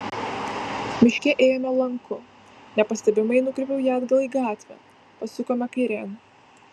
miške ėjome lanku nepastebimai nukreipiau ją atgal į gatvę pasukome kairėn